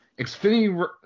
Xfinity